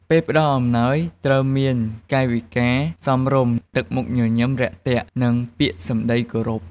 ពេលផ្តល់អំណោយ ត្រូវមាន កាយវិការសមរម្យ ទឹកមុខញញឹមរាក់ទាក់ និងពាក្យសម្តីគោរព។